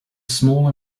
small